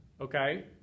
okay